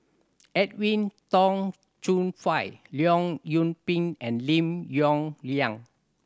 Edwin Tong Chun Fai Leong Yoon Pin and Lim Yong Liang